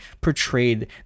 portrayed